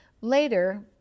Later